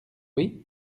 oui